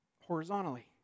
horizontally